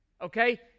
Okay